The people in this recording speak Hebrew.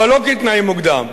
אבל לא כתנאי מוקדם.